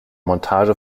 montage